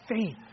faith